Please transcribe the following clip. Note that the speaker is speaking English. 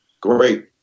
Great